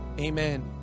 amen